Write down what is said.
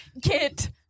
get